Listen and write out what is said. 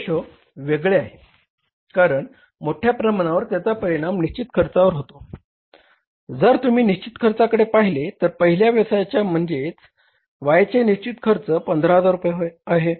हे रेशो वेगळे आहे कारण मोठ्या प्रमाणावर त्याचा परिणाम निश्चित खर्चावर होतो जर तुम्ही निश्चित खर्चाकडे पाहिले तर पहिल्या व्यवसायाचे म्हणजे Y चे निश्चित खर्च 15000 रुपये आहे